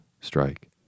strike